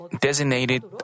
designated